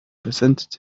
presented